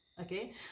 okay